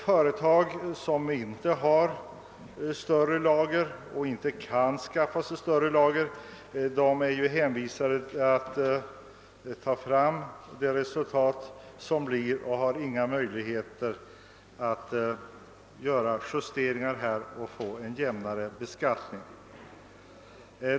Företag som inte har några större lager och som inte kan skaffa sig sådana måste redovisa det resultat som de har fått ett visst år. De kan inte göra några justeringar för att åstadkomma en jämnare beskattning.